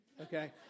okay